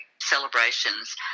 celebrations